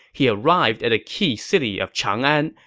he arrived at the key city of changan,